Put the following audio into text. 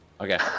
Okay